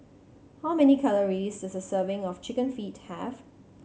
how many calories does a serving of Chicken Feet have